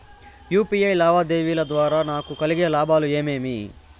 UPI లావాదేవీల ద్వారా నాకు కలిగే లాభాలు ఏమేమీ?